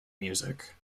music